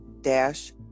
dash